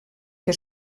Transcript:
que